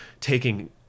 taking